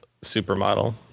supermodel